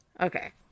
Okay